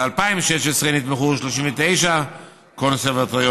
ב-2016 נתמכו 39 קונסרבטוריונים,